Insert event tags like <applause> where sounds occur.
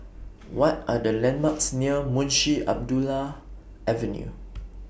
<noise> What Are The landmarks near Munshi Abdullah Avenue <noise>